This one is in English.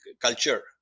culture